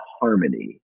harmony